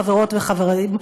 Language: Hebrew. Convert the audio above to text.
חברות וחברים,